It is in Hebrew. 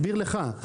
מסביר לך.